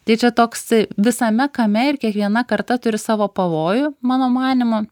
tai čia toks visame kame ir kiekviena karta turi savo pavojų mano manymu